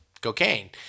cocaine